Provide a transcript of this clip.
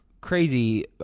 crazy